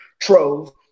trove